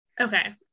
Okay